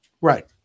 Right